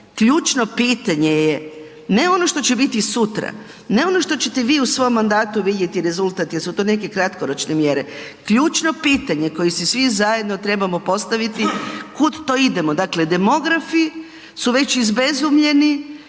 ključno pitanje je, ne ono što će biti sutra, ne ono što ćete vi u svom mandatu vidjeti rezultat jer su to neke kratkoročne mjere. Ključno pitanje koje si svi zajedno trebamo postaviti, kud to idemo? Dakle demografi su već izbezumljeni